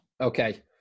Okay